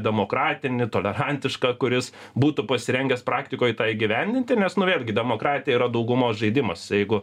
demokratinį tolerantišką kuris būtų pasirengęs praktikoj tą įgyvendinti nes nu vėlgi demokratija yra daugumos žaidimas jeigu